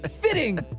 fitting